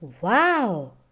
Wow